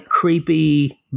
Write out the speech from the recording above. creepy